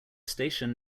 station